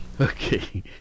Okay